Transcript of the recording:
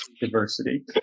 diversity